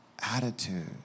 attitude